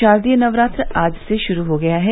शारदीय नवरात्र आज से शुरू हो गया है